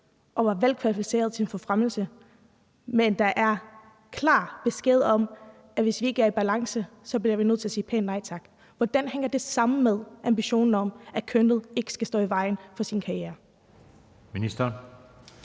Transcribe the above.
og var velkvalificeret i forhold til forfremmelse, men får den klare besked, at hvis de ikke er i balance, bliver de nødt til at sige pænt nej tak, hvordan hænger det så sammen med ambitionen om, at kønnet ikke skal stå i vejen for ens karriere?